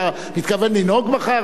אתה מתכוון לנהוג מחר,